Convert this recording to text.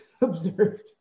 observed